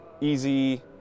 easy